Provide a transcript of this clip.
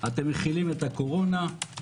אתם מכילים את הקורונה,